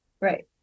right